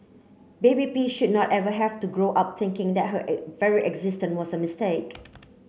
baby P should not ever have to grow up thinking that her very existence was a mistake